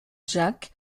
jack